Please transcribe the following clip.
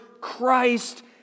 Christ